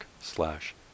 slash